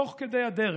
תוך כדי הדרך,